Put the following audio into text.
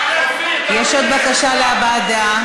יש עוד בקשה להבעת דעה.